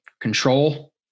control